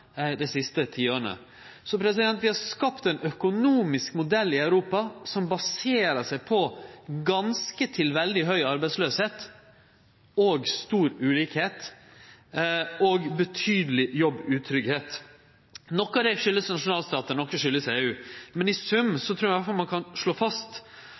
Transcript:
dei siste tiåra. Vi har skapt ein økonomisk modell i Europa som baserer seg på ganske til veldig høg arbeidsløyse og stor ulikskap og betydeleg jobbutryggheit. Noko av det har si årsak i nasjonalstaten, noko har si årsak i EU. Men i sum trur eg iallfall ein kan slå fast